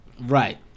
right